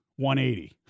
180